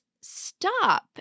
stop